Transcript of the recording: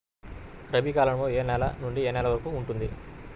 రబీ కాలం ఏ నెల నుండి ఏ నెల వరకు ఉంటుంది?